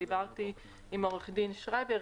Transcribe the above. וכשדיברתי עם עורכת הדין שרייבר,